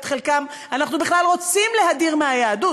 את חלקם אנחנו בכלל רוצים להדיר מהיהדות,